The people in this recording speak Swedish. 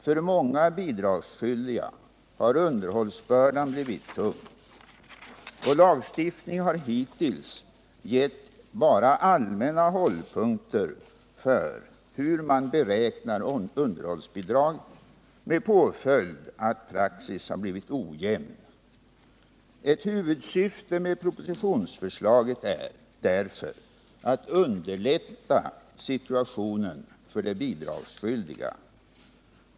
För många bidragsskyldiga har underhållsbördan blivit tung. Och lagstiftningen har hittills bara gett allmänna hållpunkter för hur man beräknar underhållsbidrag, med påföljd att praxis har blivit ojämn. Ett huvudsyfte med propositionsförslaget är därför att underlätta situationen för de bidragsskyldiga.